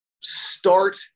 start